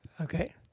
Okay